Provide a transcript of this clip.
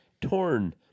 torn